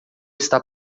está